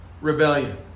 rebellion